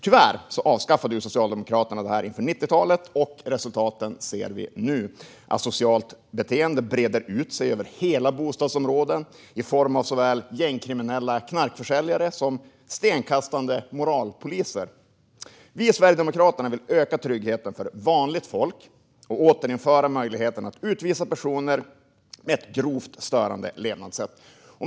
Tyvärr avskaffade Socialdemokraterna detta inför 90-talet, och resultaten ser vi nu: Asocialt beteende breder ut sig över hela bostadsområden i form av såväl gängkriminella knarkförsäljare som stenkastande moralpoliser. Vi i Sverigedemokraterna vill öka tryggheten för vanligt folk och återinföra möjligheten att utvisa personer med grovt störande levnadssätt.